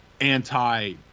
anti